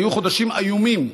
היו חודשים איומים,